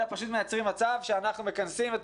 אלא פשוט מייצרים מצב שאנחנו מכנסים את